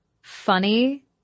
funny